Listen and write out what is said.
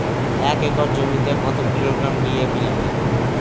এক একর জমিতে কত কিলোগ্রাম ডি.এ.পি লাগে?